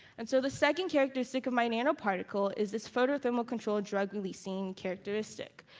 and so the second characteristic of my nanoparticle is this photothermal-controlled, drug-releasing characteristic.